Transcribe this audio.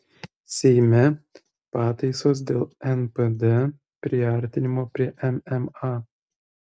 seime pataisos dėl npd priartinimo prie mma